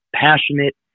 passionate